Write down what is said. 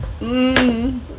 Mmm